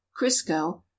crisco